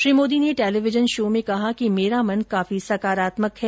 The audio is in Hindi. श्री मोदी ने टेलीविजन शो में कहामेरा मन काफी सकारात्मक है